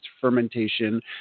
fermentation